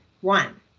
One